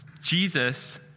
Jesus